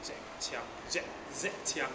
jack chiang jek~ zack chiang